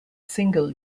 single